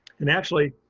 and actually,